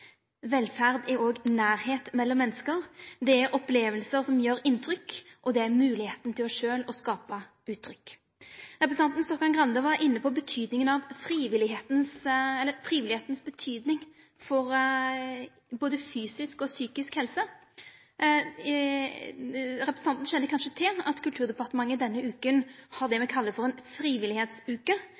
Velferd er òg nærleik mellom menneske, det er opplevingar som gjer inntrykk, og det er moglegheita til sjølv å skape uttrykk. Representanten Stokkan-Grande var inne på kva frivilligheita har å seie for både fysisk og psykisk helse. Representanten kjenner kanskje til at Kulturdepartementet denne veka har det me kallar for